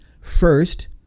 first